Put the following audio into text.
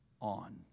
on